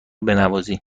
بنوازی